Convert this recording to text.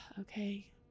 okay